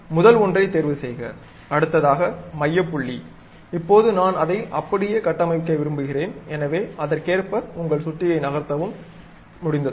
முதல் ஒன்றைத் தேர்வுசெய்க அடுத்ததாக மையப் புள்ளி இப்போது நான் அதை அப்படியே கட்டமைக்க விரும்புகிறேன் எனவே அதற்கேர்ப்ப உங்கள் சுட்டியை நகர்த்தவும் முடிந்தது